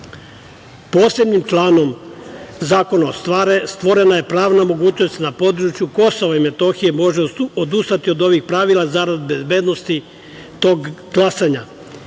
obara. Posebnim članom zakona stvorena je pravna mogućnost da se na području Kosova i Metohije može odustati od ovih pravila zarad bezbednosti tog glasanja